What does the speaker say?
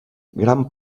gran